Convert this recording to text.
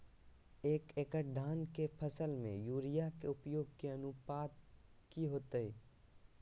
एक एकड़ धान के फसल में यूरिया के उपयोग के अनुपात की होतय?